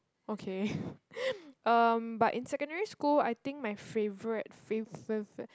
okay um but in secondary school I think my favourite fave fave